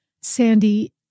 Sandy